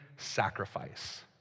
sacrifice